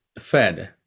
fed